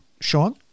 Sean